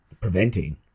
preventing